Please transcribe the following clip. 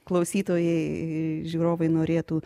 klausytojai žiūrovai norėtų